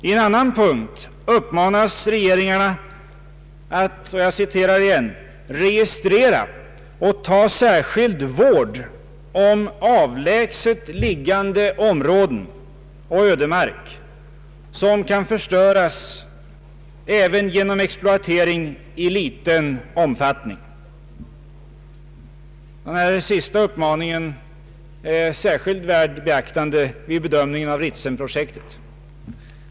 I en annan punkt uppmanas regeringarna att ”registrera och ta särskild vård om avlägset liggande områden och ödemark som kan förstöras även genom exploatering i liten omfattning”. Den sista meningen är särskilt värd beaktande vid bedömningen av Ritsemprojektet.